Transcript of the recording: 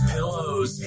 Pillows